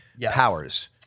powers